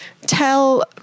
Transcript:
tell